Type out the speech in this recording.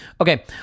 Okay